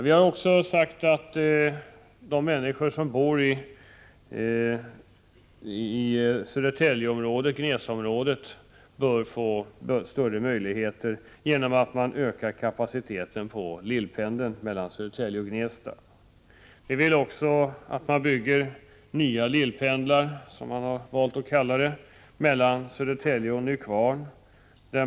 Vi har också sagt att de människor som bor i Södertälje-Gnesta-området bör få bättre kommunikationer genom att man ökar kapaciteten på lillpendeln mellan Södertälje och Gnesta. Vi vill att man bygger nya lillpendlar, som man valt att kalla det, mellan Södertälje och Nykvarn.